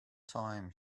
time